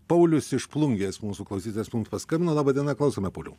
paulius iš plungės mūsų klausytojas mums paskambino laba diena klausome pauliau